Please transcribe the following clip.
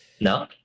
no